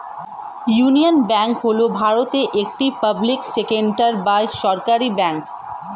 union Bank হল ভারতের একটি পাবলিক সেক্টর বা সরকারি ব্যাঙ্ক